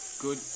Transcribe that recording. good